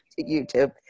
YouTube